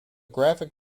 graphic